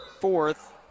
fourth